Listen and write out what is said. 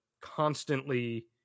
constantly